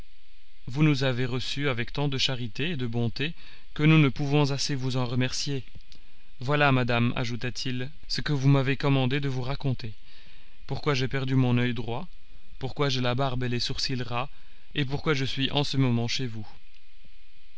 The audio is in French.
vous nous avez reçus avec tant de charité et de bonté que nous ne pouvons assez vous en remercier voilà madame ajouta-t-il ce que vous m'avez commandé de vous raconter pourquoi j'ai perdu mon oeil droit pourquoi j'ai la barbe et les sourcils ras et pourquoi je suis en ce moment chez vous